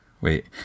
wait